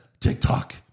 TikTok